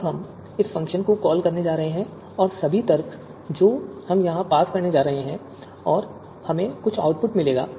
अब हम इस फ़ंक्शन को कॉल करने जा रहे हैं और सभी तर्क जो हम यहां पास करने जा रहे हैं और हमें आउटपुट मिलेगा